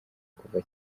kuva